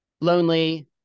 lonely